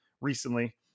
recently